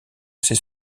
ses